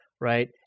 right